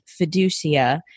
fiducia